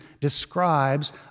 describes